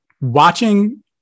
watching